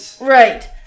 Right